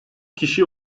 kişi